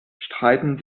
streiten